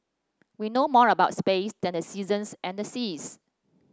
we know more about space than the seasons and the seas